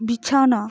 বিছানা